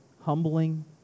humbling